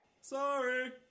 Sorry